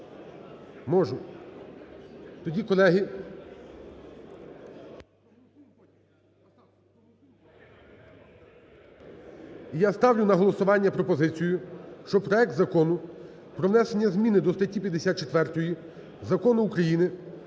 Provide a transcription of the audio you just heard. Можу. Тоді, колеги, я ставлю на голосування пропозицію, що проект Закону про внесення зміни до статті 54 Закону України